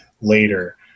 later